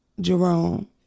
Jerome